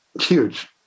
Huge